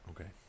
Okay